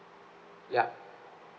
yup